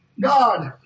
God